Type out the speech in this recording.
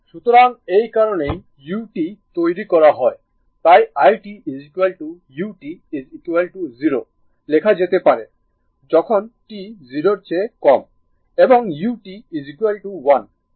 সুতরাং এই কারণেই u তৈরি করা হয় তাই i t u 0 লেখা জেতে পারে যখন t 0 এর কম এবং u 1 যখন t 0 এর বড়